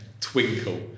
twinkle